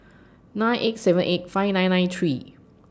nine eight seven eight five nine nine three